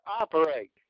operate